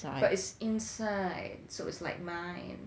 but it's inside so it's like mine